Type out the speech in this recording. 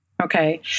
Okay